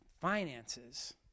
finances